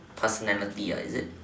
personality ah is it